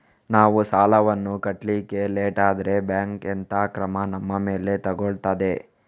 ನಾವು ಸಾಲ ವನ್ನು ಕಟ್ಲಿಕ್ಕೆ ಲೇಟ್ ಆದ್ರೆ ಬ್ಯಾಂಕ್ ಎಂತ ಕ್ರಮ ನಮ್ಮ ಮೇಲೆ ತೆಗೊಳ್ತಾದೆ?